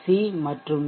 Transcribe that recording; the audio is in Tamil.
சி மற்றும் வி